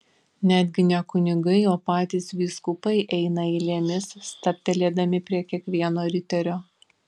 netgi ne kunigai o patys vyskupai eina eilėmis stabtelėdami prie kiekvieno riterio